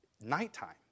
Nighttime